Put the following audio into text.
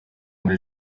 muri